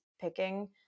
picking